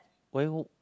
why n~